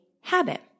habit